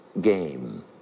game